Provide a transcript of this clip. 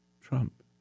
Trump